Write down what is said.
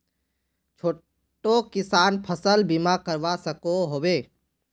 छोटो किसान फसल बीमा करवा सकोहो होबे?